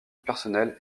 personnel